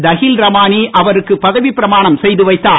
தஹீல் ரமானி அவருக்கு பதவி பிரமாணம் செய்து வைத்தார்